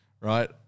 right